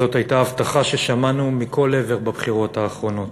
זאת הייתה הבטחה ששמענו מכל עבר בבחירות האחרונות.